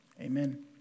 Amen